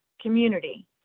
community